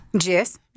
Yes